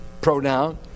pronoun